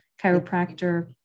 chiropractor